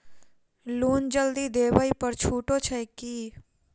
Loan जल्दी देबै पर छुटो छैक की?